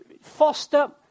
foster